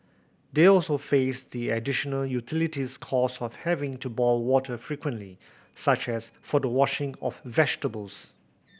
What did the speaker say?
they also faced the additional utilities cost of having to boil water frequently such as for the washing of vegetables